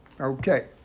Okay